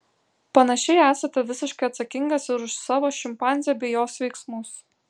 panašiai esate visiškai atsakingas ir už savo šimpanzę bei jos veiksmus